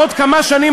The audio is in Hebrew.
בעוד כמה שנים,